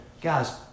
guys